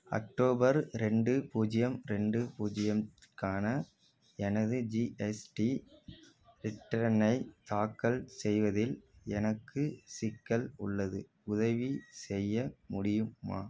October ரெண்டு பூஜ்ஜியம் ரெண்டு பூஜ்ஜியம் க்கான எனது ஜிஎஸ்டி ரிட்டனை தாக்கல் செய்வதில் எனக்கு சிக்கல் உள்ளது உதவி செய்ய முடியுமா